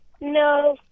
No